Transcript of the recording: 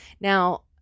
now